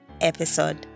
episode